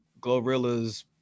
Glorilla's